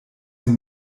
sie